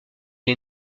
les